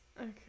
okay